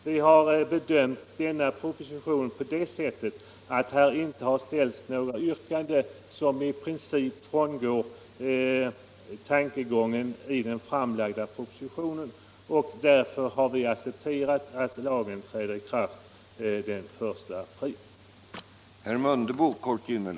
Vi har bedömt den här frågan på det sättet att det inte har ställts några yrkanden som i princip frångår tankegångarna i den framlagda propositionen. Därför har vi accepterat att lagens ikraftträdande sätts till den 1 april.